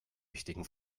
wichtigen